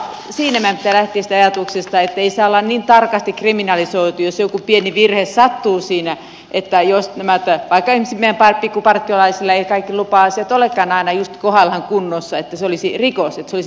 siinä meidän pitää lähteä siitä ajatuksesta että ei saa olla niin tarkasti kriminalisoitua jos jokin pieni virhe sattuu siinä että jos vaikka esimerkiksi meidän pikkupartiolaisilla eivät kaikki lupa asiat aina olekaan just kohdallaan kunnossa että se olisi rikos että se olisi kerjäämistä